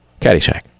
Caddyshack